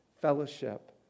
fellowship